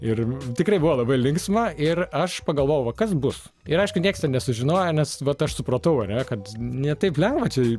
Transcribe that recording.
ir tikrai buvo labai linksma ir aš pagalvojau va kas bus ir aišku nieks ten nesužinojo nes vat aš supratau ar ne kad ne taip lengva čia